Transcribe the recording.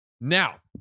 Now